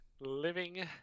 living